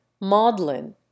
Maudlin